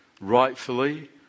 rightfully